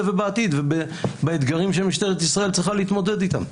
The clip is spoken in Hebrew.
ובעתיד ובאתגרים שמשטרת ישראל צריכה להתמודד איתם.